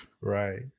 Right